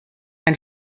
ein